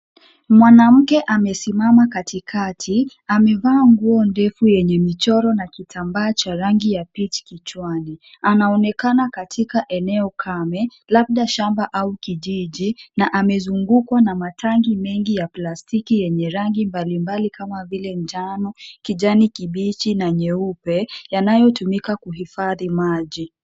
Mwanamke amesimama katikati amevaa nguo ndefu yenye michoro na kitambaa cha rangi ya peach kichwani. Anaonekana katika eneo kame labda shamba au kijiji na amezungukwa na matanki mengi ya plastiki yenye rangi mbalimbali kama vile njano, kijani kibichi na nyeupe, yanayotumika kuhifadhi maji.